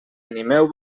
animeu